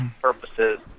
purposes